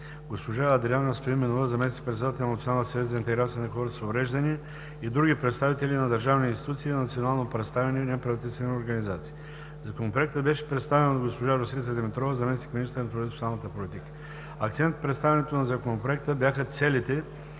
Акцент в представянето на Законопроекта бяха целите,